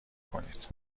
کنید